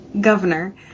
governor